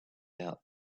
out